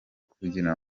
kugira